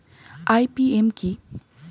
IPM কি?